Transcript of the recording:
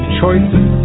Choices